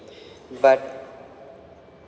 but